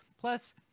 Plus